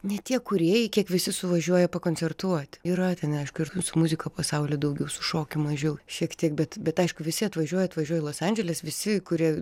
net tie kūrėjai kiek visi suvažiuoja pakoncertuoti yra ten aišku ir su muzika pasauly daugiau su šokiu mažiau šiek tiek bet bet aišku visi atvažiuoja atvažiuoja į los andželes visi kurie